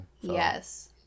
Yes